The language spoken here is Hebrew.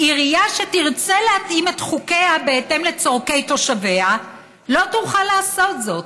עירייה שתרצה להתאים את חוקיה לצורכי תושביה לא תוכל לעשות זאת.